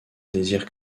désire